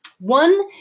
One